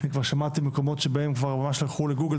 אני כבר שמעתי על מקומות שהלכו לגוגל